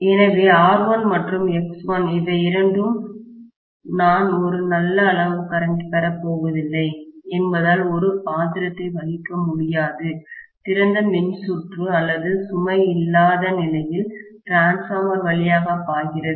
எனவே R1 மற்றும் X1 இவை இரண்டும் நான் ஒரு நல்ல அளவு கரண்டை பெறப்போவதில்லை என்பதால் ஒரு பாத்திரத்தை வகிக்க முடியாது திறந்த மின்சுற்று அல்லது சுமை இல்லாத நிலையில் டிரான்ஸ்பார்மர் வழியாக பாய்கிறது